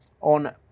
on